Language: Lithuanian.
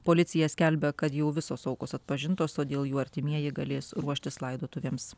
policija skelbia kad jau visos aukos atpažintos todėl jų artimieji galės ruoštis laidotuvėms